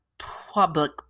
public